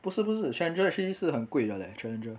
不是不是 challenger actually 是很贵的 leh challenger